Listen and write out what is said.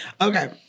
okay